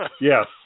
Yes